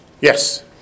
Yes